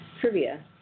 Trivia